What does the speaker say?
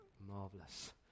marvelous